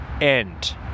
end